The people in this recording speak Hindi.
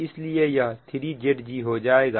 इसलिए यह 3 Zg हो जाएगा